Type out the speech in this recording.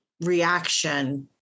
reaction